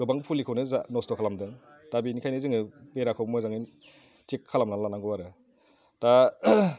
गोबां फुलिखौनो नस्थ' खालामदों दा बेनिखायनो जोङो बेराखौ मोजाङै थिग खालामना लानांगौ आरो दा